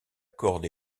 corde